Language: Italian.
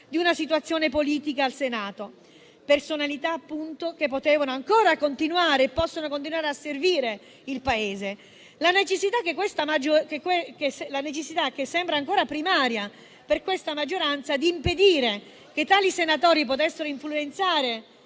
di una situazione politica al Senato. Personalità, appunto, che potevano ancora continuare e possono continuare a servire il Paese. La necessità, che sembra ancora primaria per questa maggioranza, di impedire che tali senatori potessero influenzare